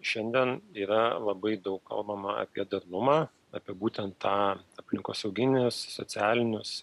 šiandien yra labai daug kalbama apie darnumą apie būtent tą aplinkosauginius socialinius